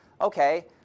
okay